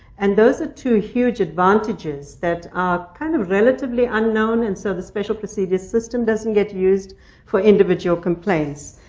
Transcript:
and those are two huge advantages that are, kind of, relatively unknown. and so the special procedures system doesn't get used for individual complaints.